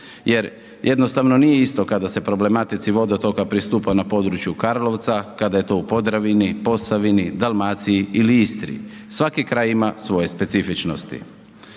jer jednostavno nije isto kada se problematici vodotoka pristupa na području Karlovca, kada je to u Podravini, Posavini, Dalmaciji ili Istri, svaki kraj ima svoje specifičnosti.